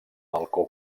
balcó